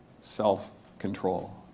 self-control